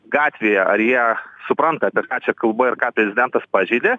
gatvėje ar jie supranta apie ką čia kalba ir ką prezidentas pažeidė